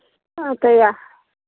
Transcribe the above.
हँ तऽ